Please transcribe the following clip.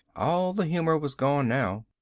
all the humor was gone now.